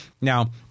Now